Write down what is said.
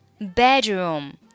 Bedroom